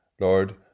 Lord